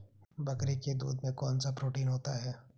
बकरी के दूध में कौनसा प्रोटीन होता है?